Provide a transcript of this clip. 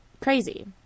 crazy